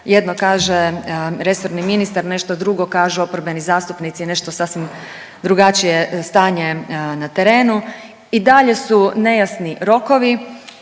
jedno kaže resorni ministar, nešto drugo kažu oporbeni zastupnici i nešto sasvim drugačije je stanje na terenu i dalje su nejasni rokovi